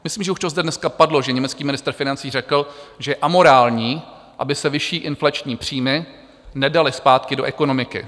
Myslím, že už to zde dneska padlo, že německý ministr financí řekl, že je amorální, aby se vyšší inflační příjmy nedaly zpátky do ekonomiky.